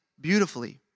beautifully